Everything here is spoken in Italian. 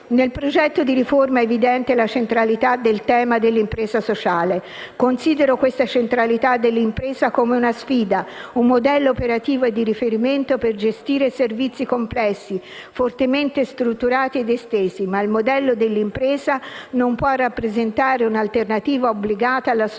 Nel progetto di riforma è evidente la centralità del tema dell'impresa sociale. Considero questa centralità dell'impresa come una sfida, un modello operativo e di riferimento per gestire servizi complessi, fortemente strutturati ed estesi; ma il modello dell'impresa non può rappresentare un'alternativa obbligata all'associazionismo